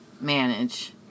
manage